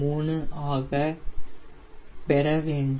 063 ஆக பெற வேண்டும்